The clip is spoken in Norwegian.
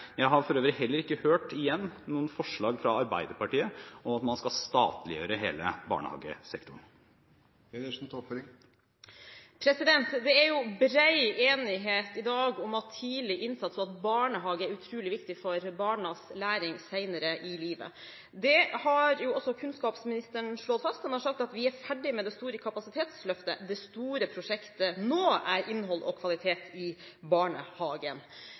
Jeg har for øvrig – igjen – heller ikke hørt noen forslag fra Arbeiderpartiet om at man skal statliggjøre hele barnehagesektoren. Det er bred enighet i dag om at tidlig innsats og barnehage er utrolig viktig for barnas læring senere i livet. Det har også kunnskapsministeren slått fast. Han har sagt: «Vi er ferdige med det store kapasitetsløftet. Det store prosjektet nå er innhold og kvalitet i barnehagen.»